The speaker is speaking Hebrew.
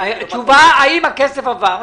תשובה לשאלה האם הכסף עבר.